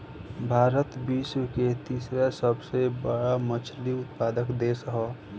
भारत विश्व के तीसरा सबसे बड़ मछली उत्पादक देश ह